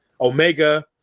Omega